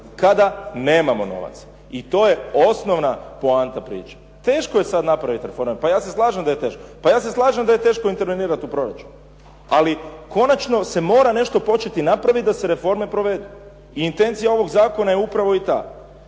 kada nemamo novaca. I to je osnovna poanta priče. Teško je sada napraviti …/Govornik se ne razumije./… pa ja se slažem da je teško. Pa ja se slažem da je teško intervenirati u proračun ali konačno se mora nešto početi napraviti da se reforme provedu i intencija ovog zakona je upravo i ta